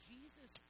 Jesus